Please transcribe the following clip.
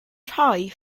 rhoi